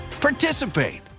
participate